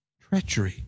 treachery